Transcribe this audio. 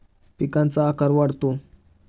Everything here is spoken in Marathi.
पिकांचा आकार वाढतो